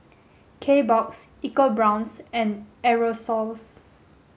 kbox Eco Brown's and Aerosoles